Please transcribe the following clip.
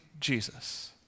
Jesus